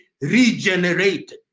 regenerated